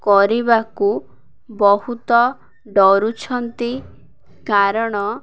କରିବାକୁ ବହୁତ ଡରୁଛନ୍ତି କାରଣ